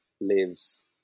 lives